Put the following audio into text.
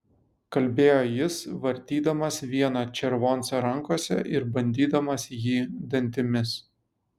kalbėjo jis vartydamas vieną červoncą rankose ir bandydamas jį dantimis